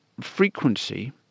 frequency